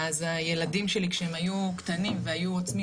אז כשהילדים שלי היו קטנים והיו עוצמים